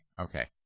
okay